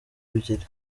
ebyiri